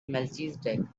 melchizedek